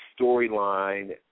storyline